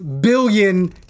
billion